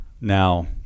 Now